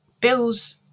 Bill's